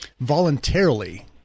Voluntarily